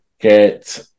get